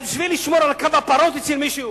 אז בשביל לשמור על כמה פרות אצל מישהו